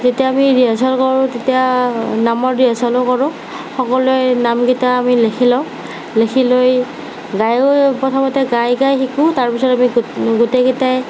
যেতিয়া আমি ৰিহাৰ্চেল কৰোঁ তেতিয়া নামৰ ৰিহাৰ্চেলো কৰোঁ সকলোৱে নাম কেইটা আমি লিখি লওঁ লিখি লৈ গাইও প্ৰথমতে গাই গাই শিকোঁ তাৰপিছত আমি গোটেই কেইটাই